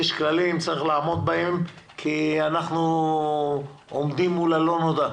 צריך לעמוד בהם כי אנחנו עומדים מול הלא נודע.